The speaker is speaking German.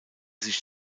sich